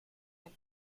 and